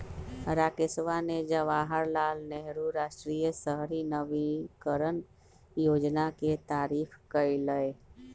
राकेशवा ने जवाहर लाल नेहरू राष्ट्रीय शहरी नवीकरण योजना के तारीफ कईलय